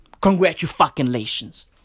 Congratulations